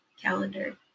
calendar